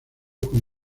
con